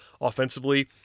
offensively